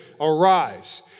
Arise